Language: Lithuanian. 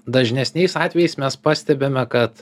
dažnesniais atvejais mes pastebime kad